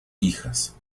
hijas